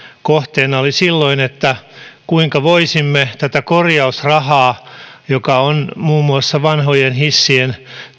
kohteena oli silloin se kuinka voisimme tätä korjausrahaa joka on muun muassa vanhojen hissien